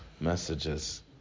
messages